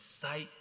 sight